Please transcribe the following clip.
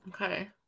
Okay